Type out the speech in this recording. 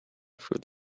through